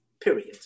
period